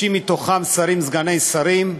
30 מהם שרים וסגני שרים,